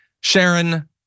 Sharon